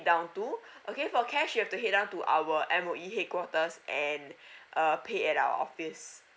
down to okay for cash you've to head down to our M_O_E headquarters and err pay at our office